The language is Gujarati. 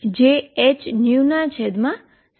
જે hνcછે